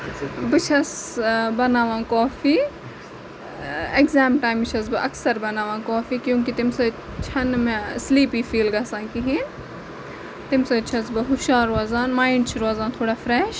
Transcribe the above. بہٕ چھَس بَناوان کوفی اٮ۪کزام ٹایمہٕ چھَس بہٕ اَکثر بَناوان کوفی کیوں کہِ تَمہِ سۭتۍ چھےٚ نہٕ مےٚ سِلِپی فیٖل گژھان کِہیںۍ تَمہِ سۭتۍ چھَس بہٕ ہُشار وزان مایِنڈ چھُ روزان تھوڑا فریش